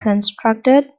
constructed